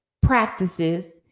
practices